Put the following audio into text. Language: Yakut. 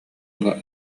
ыла